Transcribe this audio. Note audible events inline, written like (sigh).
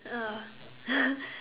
uh (laughs)